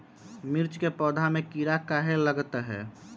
मिर्च के पौधा में किरा कहे लगतहै?